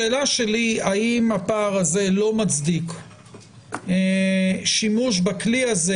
השאלה שלי היא האם הפער הזה לא מצדיק שימוש בכלי הזה